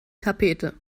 tapete